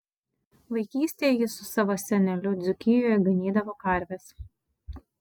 vaikystėje jis su savo seneliu dzūkijoje ganydavo karves